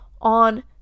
on